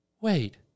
Wait